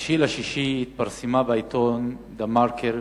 ב-9 ביוני התפרסמה בעיתון "דה-מרקר"